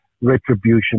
retribution